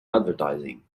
advertising